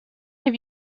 have